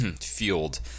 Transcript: fueled